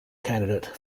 candidate